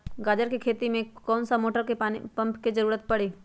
गाजर के खेती में का मोटर के पानी के ज़रूरत परी?